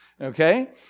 Okay